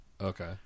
Okay